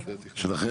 שלי.